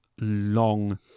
long